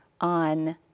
on